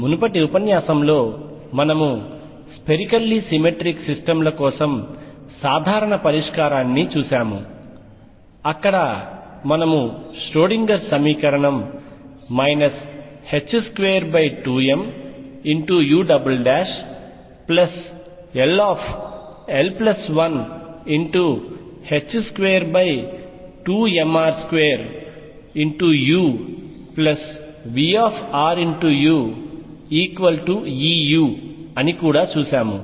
మునుపటి ఉపన్యాసంలో మనము స్పెరికల్లీ సిమెట్రిక్ సిస్టమ్ ల కోసం సాధారణ పరిష్కారాన్ని చూశాము అక్కడ మనము ష్రోడింగర్ సమీకరణం 22mull122mr2uVruEu కూడా చూశాము